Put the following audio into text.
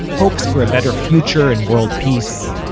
hopes for a better future and world peace,